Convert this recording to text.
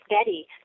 Betty